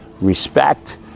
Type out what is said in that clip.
respect